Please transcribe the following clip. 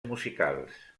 musicals